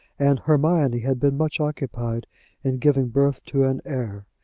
and hermione had been much occupied in giving birth to an heir.